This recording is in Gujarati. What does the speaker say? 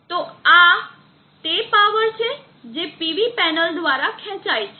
તો આ તે પાવર છે જે PV પેનલ દ્વારા ખેંચાય છે